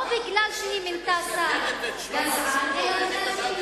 לא כי היא מינתה שר גזען,